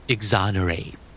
Exonerate